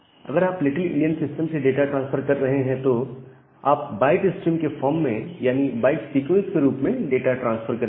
अगर आप little endian system से डाटा ट्रांसफर कर रहे हैं तो आप बाइट स्ट्रीम Byte stream के फॉर्म में यानी बाइट सीक्वेंस के रूप में को डाटा ट्रांसफर करेंगे